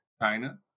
China